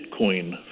Bitcoin